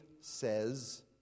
says